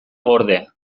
gorde